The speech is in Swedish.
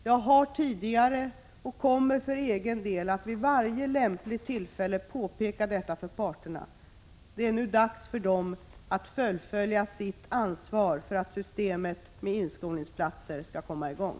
Jag har tidigare påpekat och kommer för egen del att vid varje lämpligt tillfälle påpeka detta för parterna. Det är nu dags för dem att fullfölja sitt ansvar för att systemet med inskolningsplatser skall komma i gång.